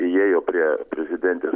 įėjo prie prezidentės